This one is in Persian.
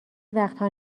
وقتها